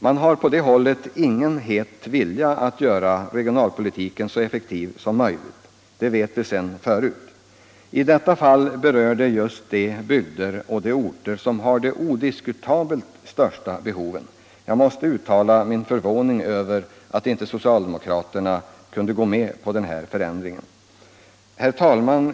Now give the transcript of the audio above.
Man har på det hållet ingen het vilja att göra regionalpolitiken så effektiv som möjligt — det vet vi sedan förut. I detta fall berörs just de bygder och de orter som har de odiskutabelt största behoven. Jag måste uttala min förvåning över att inte socialdemokraterna kunde gå med på den här förändringen. Herr talman!